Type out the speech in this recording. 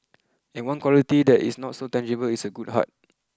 and one quality that is not so tangible is a good heart